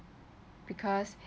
because